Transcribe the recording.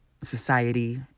society